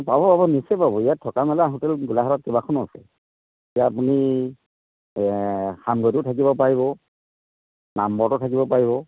পাব পাব নিশ্চয় পাব ইয়াত থকা মেলা হোটেল গোলাঘাটত কেইবাখনো আছে এতিয়া আপুনি হামদৈতো থাকিব পাৰিব নামবৰতো থাকিব পাৰিব